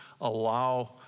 allow